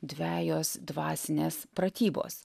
dvejos dvasinės pratybos